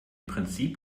prinzip